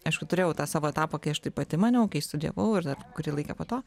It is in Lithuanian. aišku turėjau tą savo etapą kai aš taip pati maniau kai studijavau ir dar kurį laiką po to